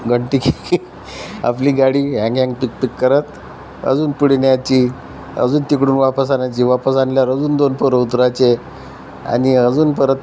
घंटी की की आपली गाडी हँग हँग टिक् टिक् करत अजून पुढे न्यायची अजून तिकडून वापस आणायची वापस आणल्यावर अजून दोन पोरं उतरायचे आणि अजून परत